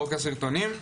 הסרטונים,